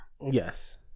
Yes